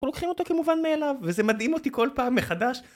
אנחנו לוקחים אותו כמובן מאליו, וזה מדהים אותי כל פעם מחדש